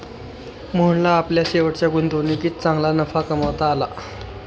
मोहनला आपल्या शेवटच्या गुंतवणुकीत चांगला नफा कमावता आला